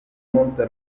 monte